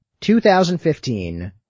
2015